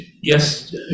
Yes